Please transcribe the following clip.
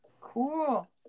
Cool